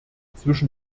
zwischen